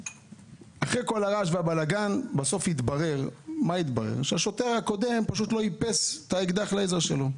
אחרי כל הרעש והבלגאן התברר שהשוטר הקודם לא איפס את אקדח הלייזר שלו.